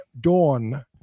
Dawn